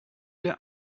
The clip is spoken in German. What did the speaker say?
der